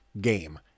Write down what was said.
game